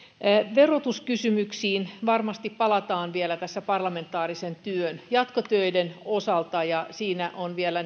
verotuskysymyksiin varmasti palataan vielä tässä parlamentaarisen työn jatkotöiden osalta siinä on vielä